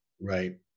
Right